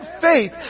faith